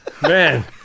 man